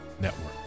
Network